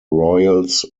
royals